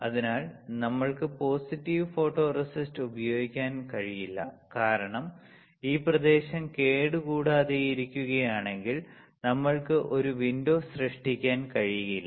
അതിനാൽ നമ്മൾക്ക് positive photoresist ഉപയോഗിക്കാൻ കഴിയില്ല കാരണം ഈ പ്രദേശം കേടുകൂടാതെയിരിക്കുകയാണെങ്കിൽ നമ്മൾക്ക് ഒരു വിൻഡോ സൃഷ്ടിക്കാൻ കഴിയില്ല